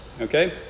okay